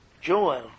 Joel